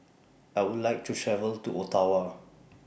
I Would like to travel to Ottawa